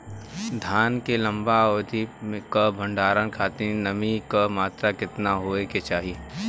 धान के लंबा अवधि क भंडारण खातिर नमी क मात्रा केतना होके के चाही?